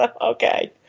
Okay